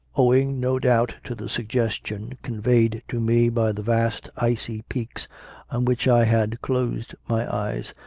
owing no doubt to the suggestion conveyed to me by the vast icy peaks on which i had closed my eyes,